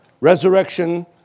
resurrection